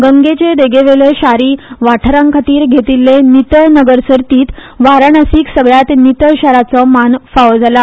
गंगेचे देगेवेल्या शारी वांठारांखातीर घेतिल्ले नितळ नगर सर्तीत वाराणसीक सगल्यांत नितळ शाराचो मान फावो जाला